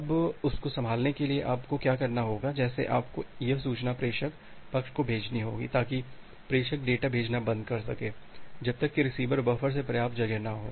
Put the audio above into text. अब उस को संभालने के लिए आपको क्या करना है जैसे आपको यह सूचना प्रेषक पक्ष को भेजनी होगी ताकि प्रेषक डेटा भेजना बंद कर सके जब तक कि रिसीवर बफर में पर्याप्त जगह न हो